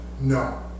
No